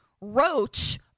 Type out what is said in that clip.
Roach